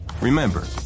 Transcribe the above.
Remember